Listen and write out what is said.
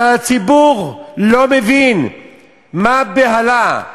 אבל הציבור לא מבין מה הבהלה,